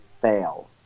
fail